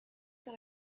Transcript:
that